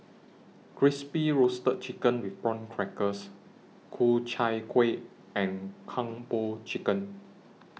Crispy Roasted Chicken with Prawn Crackers Ku Chai Kueh and Kung Po Chicken